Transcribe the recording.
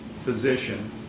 physician